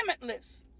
limitless